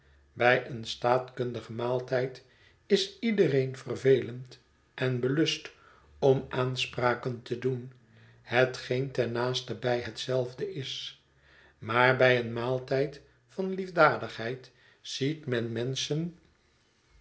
bij een staatkundigen rnaaltijd is iedereen vervelend en belust om aanspraken te doen hetgeen ten naastenbij hetzelfde is maar bij een rnaaltijd van liefdadigheid ziet men menschen